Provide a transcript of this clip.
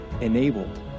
enabled